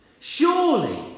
Surely